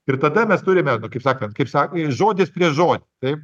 ir tada mes turime nu kaip sakant kaip sak žodis prieš žodį taip